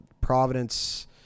providence